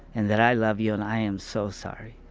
and that i love you, and i am so sorry.